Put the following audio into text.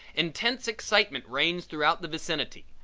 intense excitement reigns throughout the vicinity.